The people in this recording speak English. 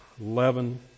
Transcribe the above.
eleven